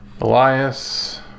Elias